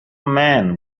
men